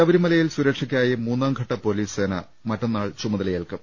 ശബരിമലയിൽ സുരക്ഷക്കായി മൂന്നാം ഘട്ട പോലീസ് സേന മറ്റന്നാൾ ചുമതലയേൽക്കും